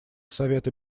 совета